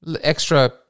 Extra